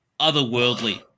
otherworldly